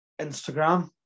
Instagram